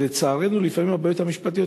ולצערנו הרבה פעמים הבעיות המשפטיות